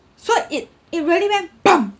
so it it really went bam